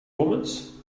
omens